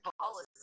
Policy